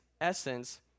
essence